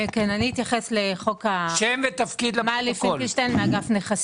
אני מאגף נכסים.